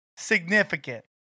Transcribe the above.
significant